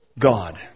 God